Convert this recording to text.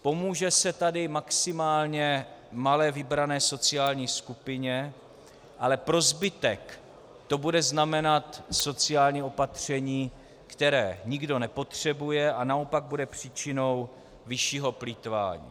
Pomůže se tady maximálně malé vybrané sociální skupině, ale pro zbytek to bude znamenat sociální opatření, které nikdo nepotřebuje a naopak bude příčinou vyššího plýtvání.